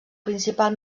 principal